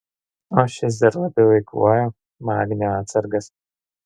o šis dar labiau eikvoja magnio atsargas